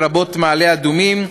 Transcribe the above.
לרבות מעלה-אדומים,